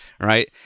right